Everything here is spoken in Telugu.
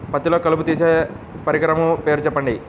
పత్తిలో కలుపు తీసే పరికరము పేరు చెప్పండి